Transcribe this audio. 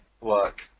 work